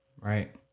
Right